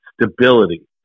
stability